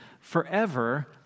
forever